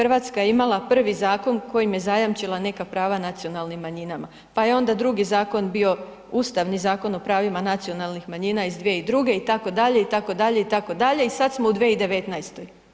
Hrvatska je imala prvi zakon kojim je zajamčila neka prava nacionalnim manjinama pa je onda drugi zakon bio Ustavni zakon o pravima nacionalnih manjina iz 2002. itd., itd., itd. i sad smo u 2019.